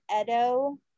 Edo